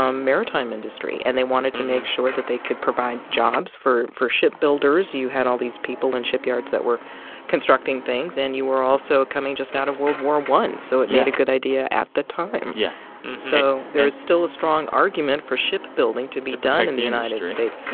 um maritime industry. and they wanted to make sure that they could provide jobs. for for ship builders, you had all these people in shipyards that were constructing things, and you were also coming just out of world war i. so it made a good idea at the time. yeah so there's still a strong argument for ship building to be done in the united states.